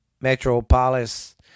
metropolis